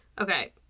okay